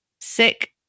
Sick